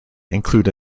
include